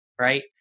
right